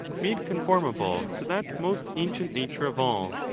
made conformable to that most ancient nature of all,